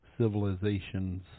civilization's